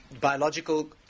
Biological